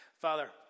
Father